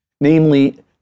namely